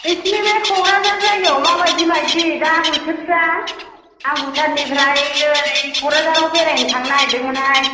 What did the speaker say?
नोंसोरनि बे क'क्राझार जायगायाव मा बायदि बायदि दा बोथोरफ्रा आं भुटाननिफ्राय ओरै क'क्राझाराव बेरायनो थांनो नागिरदोंमोन हाय